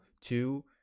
two